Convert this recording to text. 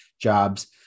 jobs